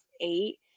eight